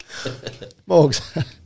Morgs